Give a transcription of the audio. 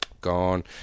gone